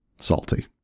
salty